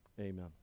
Amen